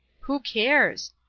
who cares?